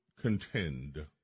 contend